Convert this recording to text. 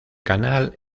canal